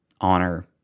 honor